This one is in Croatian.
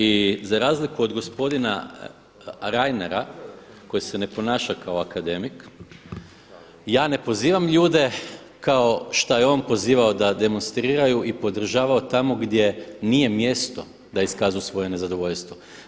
I za razliku od gospodina Reinera koji se ne ponaša kao akademik ja ne pozivam ljude kao šta je on pozivao da demonstriraju i podržavao tamo gdje nije mjesto da iskažu svoje nezadovoljstvo.